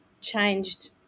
changed